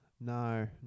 No